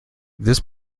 this